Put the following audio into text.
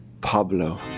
Pablo